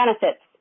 benefits